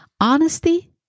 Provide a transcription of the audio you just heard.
Honesty